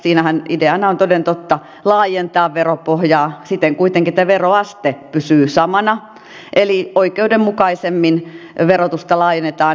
siinähän ideana on toden totta laajentaa veropohjaa siten kuitenkin että veroaste pysyy samana eli oikeudenmukaisemmin verotusta laajennetaan